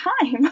time